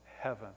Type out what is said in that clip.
heaven